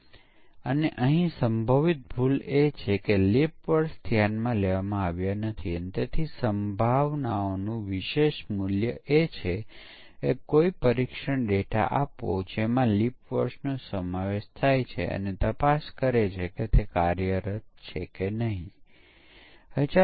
પરંતુ તે પછી પરીક્ષણનું બીજું એક સ્તર છે જે રીગ્રેસન પરીક્ષણ છે જે જાળવણી દરમિયાન હાથ ધરવામાં આવે છે સોફ્ટવેર બની ગયા પછી ત્યાં બગ રિપોર્ટ્સ અથવા વૃદ્ધિ અહેવાલો હોઈ શકે છે વધુ રિક્વાયરમેંટ મૂકવામાં આવે છે અને તેથી સોફ્ટવેર બદલાઈ જાય છે